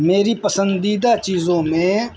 میری پسندیدہ چیزوں میں